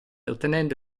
ottenendo